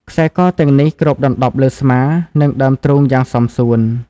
ខ្សែកទាំងនេះគ្របដណ្តប់លើស្មា និងដើមទ្រូងយ៉ាងសមសួន។